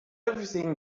everything